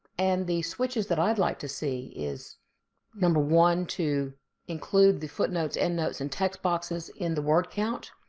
and the switches that i'd like to see is number one, to include the footnotes, endnotes, and text boxes in the word count,